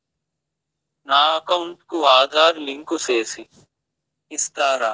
నా అకౌంట్ కు ఆధార్ లింకు సేసి ఇస్తారా?